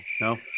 No